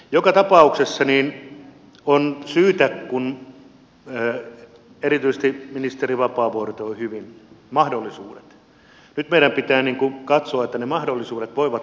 joka tapauksessa kun erityisesti ministeri vapaavuori toi hyvin esiin mahdollisuudet nyt meidän pitää katsoa että ne mahdollisuudet voivat toteutua